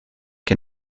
que